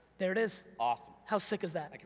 there it is. awesome! how sick is that?